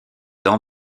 dans